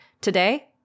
today